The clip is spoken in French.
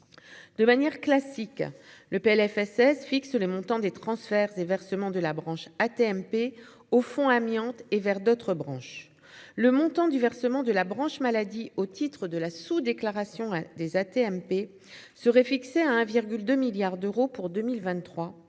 de manière classique, le PLFSS fixe les montants des transferts versements de la branche AT-MP au Fonds amiante et vers d'autres branches, le montant du versement de la branche maladie au titre de la sous-déclaration des AT-MP serait fixé à 1 virgule 2 milliards d'euros pour 2023